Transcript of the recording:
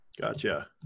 Gotcha